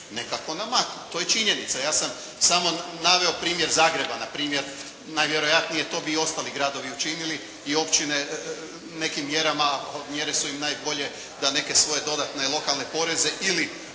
nekako namaknu. To je činjenica. Ja sam samo naveo primjer Zagreba npr. Najvjerojatnije to bi i ostali gradovi učinili i općine nekim mjerama, mjere su im najbolje da neke svoje dodatne lokalne poreze ili